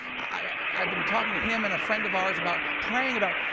i been talking to him and a friend of ours about praying about,